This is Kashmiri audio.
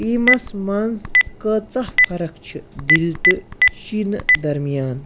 ٹیٖمَس منٛز کۭژاہ فرق چھِ دِلہِ تہٕ چیٖنہٕ درمیان